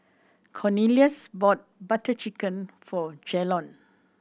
Cornelious bought Butter Chicken for Jalon